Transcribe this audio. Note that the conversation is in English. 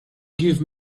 give